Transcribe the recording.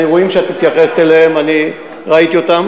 האירועים שאת מתייחסת אליהם, אני ראיתי אותם.